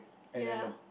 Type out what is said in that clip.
ya